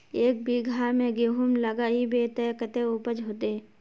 एक बिगहा में गेहूम लगाइबे ते कते उपज होते?